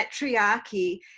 patriarchy